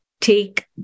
take